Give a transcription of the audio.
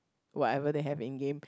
whatever they have in game